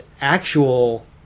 actual